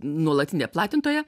nuolatinė platintoja